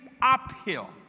uphill